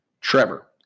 Trevor